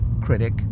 critic